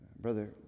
brother